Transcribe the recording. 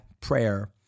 prayer